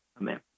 Amen